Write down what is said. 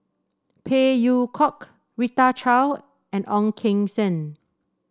Phey Yew Kok Rita Chao and Ong Keng Sen